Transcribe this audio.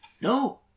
No